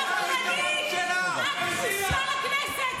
בניגוד אליך,